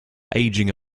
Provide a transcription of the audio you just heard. aging